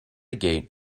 gate